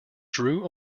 drew